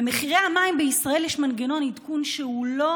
במחירי המים בישראל יש מנגנון עדכון שהוא לא